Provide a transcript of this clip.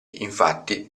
infatti